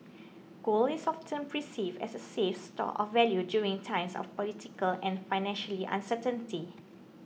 gold is often perceived as a safe store of value during times of political and financially uncertainty